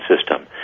system